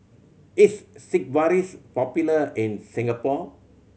is Sigvaris popular in Singapore